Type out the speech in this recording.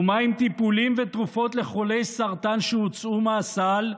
ומה עם טיפולים ותרופות לחולי סרטן שהוצאו מהסל?